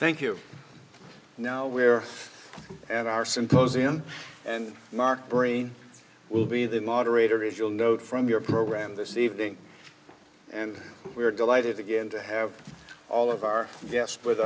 thank you now we're at our symposium and mark brain will be the moderator is you'll note from your program this evening and we're delighted again to have all of our guests with